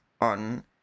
on